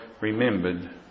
remembered